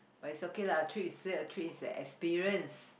but it's okay lah trip is just a trip it's a experience